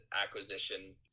acquisition